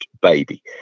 baby